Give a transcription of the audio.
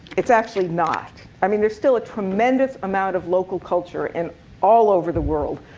it's actually not. i mean there's still a tremendous amount of local culture and all over the world.